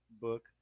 book